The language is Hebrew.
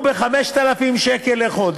אז איך אתה, ל-130, והוא ב-5,000 שקל לחודש,